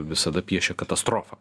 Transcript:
visada piešia katastrofą